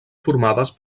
formades